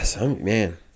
Man